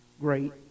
great